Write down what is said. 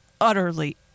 utterly